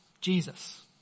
Jesus